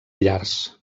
llars